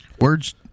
Words